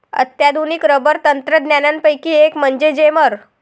अत्याधुनिक रबर तंत्रज्ञानापैकी एक म्हणजे जेमर